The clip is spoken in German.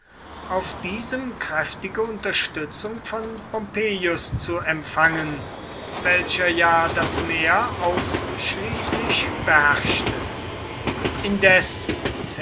auf diesem kräftige unterstützung von pompeius zu empfangen welcher ja das meer ausschließlich beherrschte indes